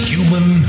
Human